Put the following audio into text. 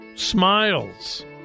smiles